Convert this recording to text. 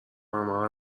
همه